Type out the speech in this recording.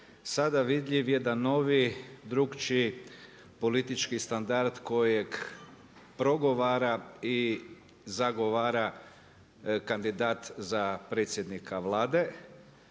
sada vidljiv jedan novi, drukčiji politički standard kojeg progovara i zagovara kandidat za predsjednika Vlade.